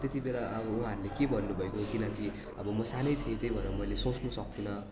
त्यत्तिबेला अब उहाँहरूले के भन्नुभएको किनकि अब म सानै थिएँ त्यही भएर मैले सोच्नु सक्थिनँ